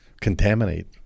contaminate